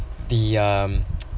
the um